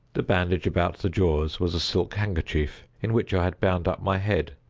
the bandage about the jaws was a silk handkerchief in which i had bound up my head,